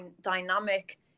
dynamic